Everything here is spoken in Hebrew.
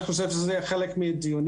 אני חושב שזה יהיה חלק מדיונים.